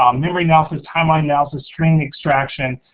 um memory analysis, timeline analysis, string extraction,